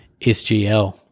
SGL